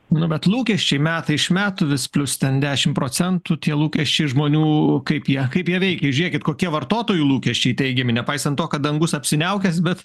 nu bet lūkesčiai metai iš metų vis plius ten dešimt procentų tie lūkesčiai žmonių kaip jie kaip jie veikė žiūrėkit kokie vartotojų lūkesčiai teigiami nepaisant to kad dangus apsiniaukęs bet